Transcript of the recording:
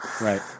Right